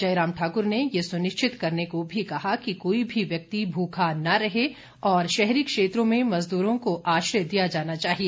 जयराम ठाकुर ने ये सुनिश्चित करने को भी कहा कि कोई भी व्यक्ति भूखा न रहे और शहरी क्षेत्रों में मजदूरों को आश्रय दिया जाना चाहिए